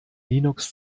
linux